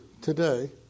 today